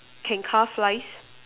can car flies